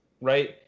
right